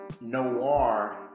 noir